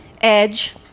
edge